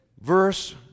verse